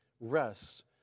rests